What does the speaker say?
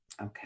Okay